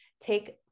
take